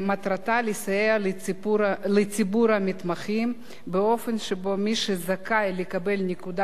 לסייע לציבור המתמחים באופן שבו מי שזכאי לקבל נקודת זיכוי